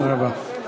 תודה רבה.